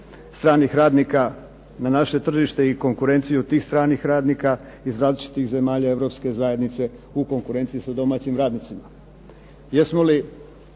stranih radnika na naše tržište i konkurenciju tih stranih radnika iz različitih zemalja Europske zajednice u konkurenciji sa domaćim radnicima. Jesmo li